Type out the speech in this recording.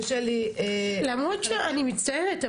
אני מצטערת,